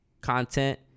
content